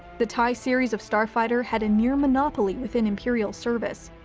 the tie series of starfighter had a near monopoly within imperial service,